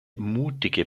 mutige